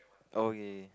okay